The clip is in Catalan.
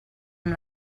amb